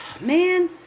Man